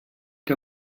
que